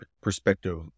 perspective